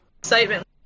excitement